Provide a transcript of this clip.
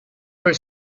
her